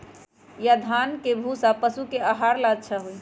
या धान के भूसा पशु के आहार ला अच्छा होई?